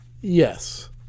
Yes